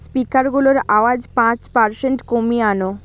স্পিকারগুলোর আওয়াজ পাঁচ পারসেন্ট কমিয়ে আন